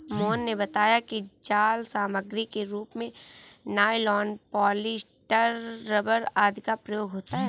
मोहन ने बताया कि जाल सामग्री के रूप में नाइलॉन, पॉलीस्टर, रबर आदि का प्रयोग होता है